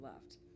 left